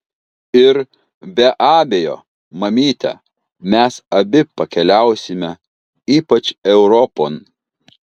ir be abejo mamyte mes abi pakeliausime ypač europon